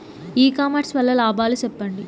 ఇ commerce వల్ల లాభాలు సెప్పండి?